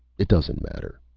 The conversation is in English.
it doesn't matter.